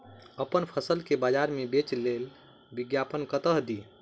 अप्पन फसल केँ बजार मे बेच लेल विज्ञापन कतह दी?